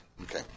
Okay